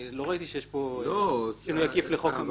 אני לא ראיתי שיש פה תיקון עקיף לחוק המשמעת.